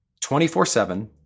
24-7